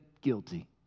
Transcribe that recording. guilty